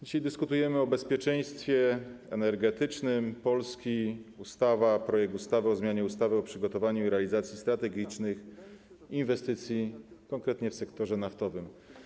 Dzisiaj dyskutujemy o bezpieczeństwie energetycznym Polski, o projekcie ustawy o zmianie ustawy o przygotowaniu i realizacji strategicznych inwestycji, konkretnie w sektorze naftowym.